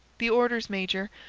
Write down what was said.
the orders, major,